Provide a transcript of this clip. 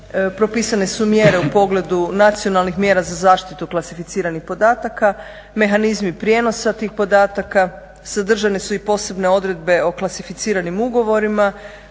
propisane su mjere u pogledu nacionalnih mjera za zaštitu klasificiranih podataka, mehanizmi prijenosa tih podataka. Sadržane su i posebne odredbe o klasificiranim ugovorima,